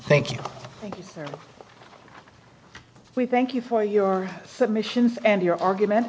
thank you we thank you for your submission and your argument